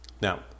Now